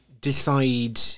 decide